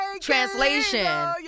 Translation